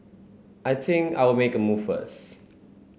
I think I'll make a move first